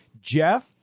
Jeff